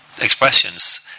expressions